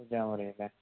അഞ്ച് മുറിലെ